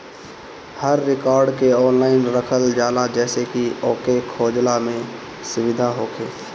हर record के online रखल जाला जेसे की ओके खोजला में सुबिधा होखे